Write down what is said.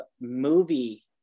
movie